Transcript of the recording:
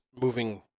moving